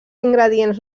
ingredients